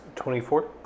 Twenty-four